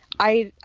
i